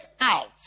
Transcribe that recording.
out